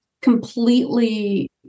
completely